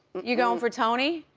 you're going for tony?